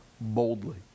boldly